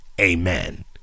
amen